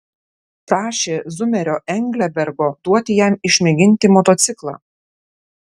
prašė zumerio englebergo duoti jam išmėginti motociklą